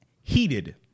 heated